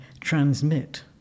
transmit